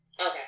Okay